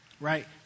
right